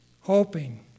hoping